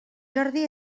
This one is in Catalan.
jordi